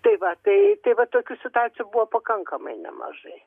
tai va tai tai va tokių situacijų buvo pakankamai nemažai